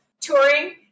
touring